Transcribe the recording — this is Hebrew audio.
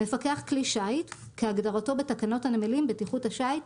"מפקח כלי שיט" כהגדרתו בתקנות הנמלים (בטיחות השיט),